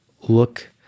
look